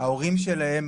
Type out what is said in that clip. ההורים שלהם